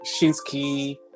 Shinsky